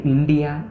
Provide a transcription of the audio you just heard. India